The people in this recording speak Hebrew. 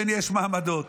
כן יש מעמדות.